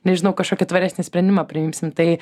nežinau kažkokį tvaresnį sprendimą priimsime tai